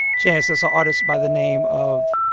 chance, that's artist by the name of.